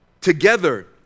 together